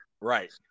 Right